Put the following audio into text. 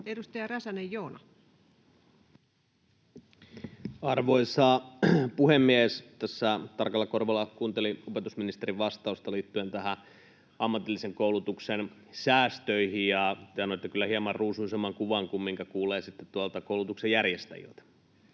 16:35 Content: Arvoisa puhemies! Tässä tarkalla korvalla kuuntelin opetusministerin vastausta liittyen näihin ammatillisen koulutuksen säästöihin, ja te annoitte kyllä hieman ruusuisemman kuvan kuin minkä kuulee sitten tuolta koulutuksen järjestäjiltä.